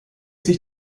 sich